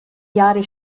jahre